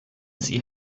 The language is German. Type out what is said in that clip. sie